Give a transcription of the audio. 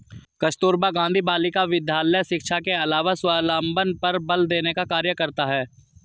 कस्तूरबा गाँधी बालिका विद्यालय शिक्षा के अलावा स्वावलम्बन पर बल देने का कार्य करता है